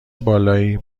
بالایی